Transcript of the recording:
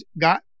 got